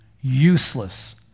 useless